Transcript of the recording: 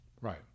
Right